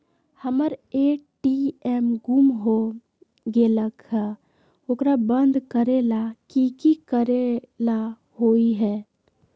हमर ए.टी.एम गुम हो गेलक ह ओकरा बंद करेला कि कि करेला होई है?